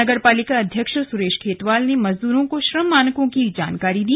नगर पालिका अध्यक्ष सुरेश खेतवाल ने मजदूरों को श्रम मानकों की जानकारी दी